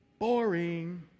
Boring